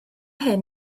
hyn